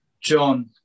john